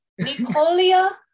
Nicolia